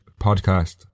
podcast